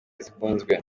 zikunzwe